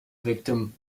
victim